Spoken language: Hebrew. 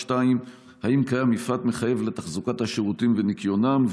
2. האם קיים מפרט מחייב לתחזוקת השירותים וניקיונם,